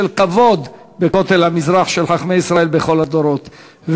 כבוד בכותל המזרח של חכמי ישראל בכל הדורות,